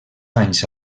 anys